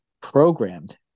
programmed